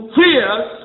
fears